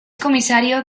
comisario